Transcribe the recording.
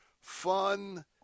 fun